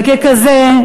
וככזה,